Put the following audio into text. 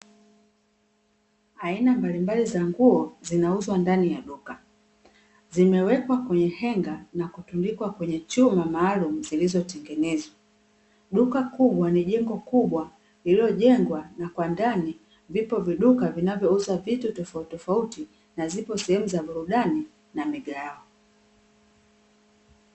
Aina mbalimbali za nguo zinauzwa ndani ya duka zimewekwa kwenye henga na kutundikwa kwenye chuma maalumu, zilizotengenezwa. Duka kubwa ni jengo kubwa lililojengwa na kwa ndani vipo viduka vinavyouza vitu tofautitofauti na zipo sehemu za burudani na migahawa.